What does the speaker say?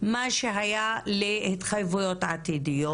מה שהיה להתחייבויות עתידיות.